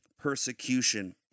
persecution